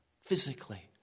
physically